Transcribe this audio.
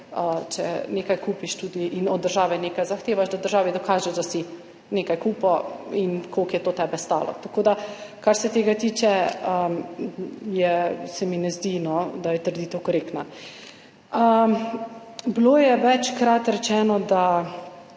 če nekaj kupiš in od države nekaj zahtevaš, da državi dokažeš, da si nekaj kupil in koliko je to tebe stalo. Tako da se mi ne zdi, kar se tega tiče, da je trditev korektna. Bilo je večkrat rečeno,